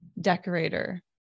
decorator